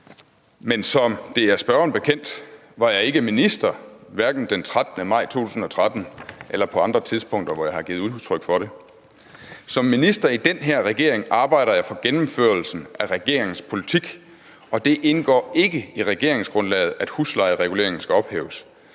men som det er spørgeren bekendt, var jeg hverken minister den 13. maj 2013 eller på andre tidspunkter, hvor jeg har givet udtryk for det. Som minister i den her regering arbejder jeg for gennemførelsen af regeringens politik, og det indgår ikke i regeringsgrundlaget, at huslejereguleringen skal ophæves.